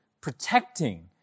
protecting